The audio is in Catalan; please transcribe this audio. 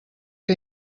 que